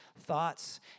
thoughts